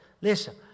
Listen